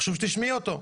חשוב שתשמעי אותן,